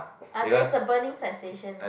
uh there is a burning sensation lah